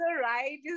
right